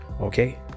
okay